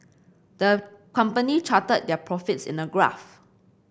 the company charted their profits in a graph